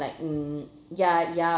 like mm ya ya